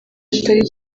hatari